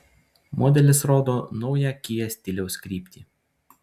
modelis rodo naują kia stiliaus kryptį